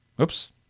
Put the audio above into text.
Oops